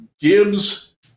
Gibbs